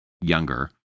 younger